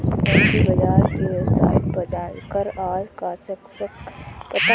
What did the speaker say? पूंजी बाजार की वेबसाईट पर जाकर आज का सेंसेक्स पता करलो